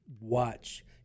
watch